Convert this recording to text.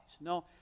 no